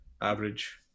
average